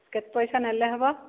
କେତେ ପଇସା ନେଲେ ହେବ